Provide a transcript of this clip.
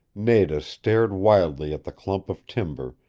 nada stared wildly at the clump of timber,